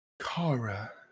Kara